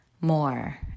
more